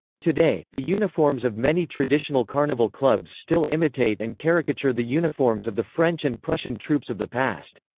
today, the uniforms of many traditional carnival clubs still imitate and caricature the uniforms of the french and prussian troops of the past.